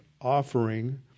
offering